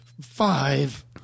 five